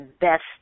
best